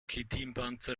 chitinpanzer